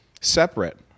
separate